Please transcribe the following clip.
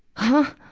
huh!